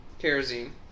kerosene